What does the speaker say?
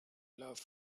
love